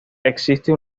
existe